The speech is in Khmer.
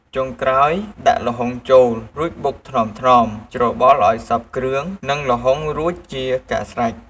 ចុងក្រោយ ដាក់ល្ហុងចូល រួចបុកថ្នមៗ ច្របល់ឲ្យសព្វគ្រឿងនឹងល្ហុងរួចជាការស្រេច។